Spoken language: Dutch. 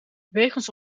wegens